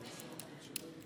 כדי שתראו את הפורמט.